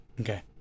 Okay